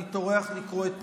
אני טורח לקרוא את פרטיו.